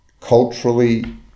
culturally